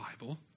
Bible